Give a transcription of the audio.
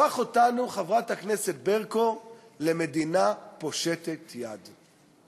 הפך אותנו, חברת הכנסת ברקו, למדינה פושטת יד.